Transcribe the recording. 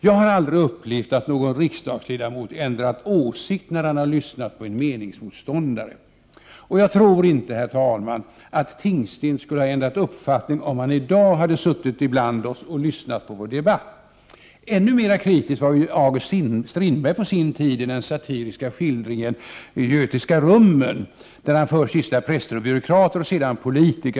Jag har aldrig upplevt att någon riksdagsledamot ändrat åsikt när han lyssnat på en meningsmotståndare. Och jag tror inte, herr talman, att Tingsten skulle ha ändrat uppfattning om han i dag suttit ibland oss och lyssnat på vår debatt. Ännu mer kritisk var på sin tid August Strindberg i den satiriska skildringen ”Götiska rummen” där han först gisslar präster och byråkrater och sedan politiker.